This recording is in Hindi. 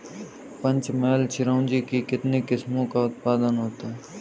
पंचमहल चिरौंजी की कितनी किस्मों का उत्पादन होता है?